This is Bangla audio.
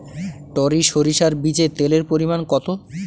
টরি সরিষার বীজে তেলের পরিমাণ কত?